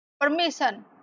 permission